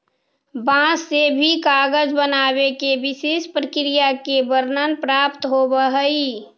बाँस से भी कागज बनावे के विशेष प्रक्रिया के वर्णन प्राप्त होवऽ हई